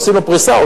ועושים לו פריסה,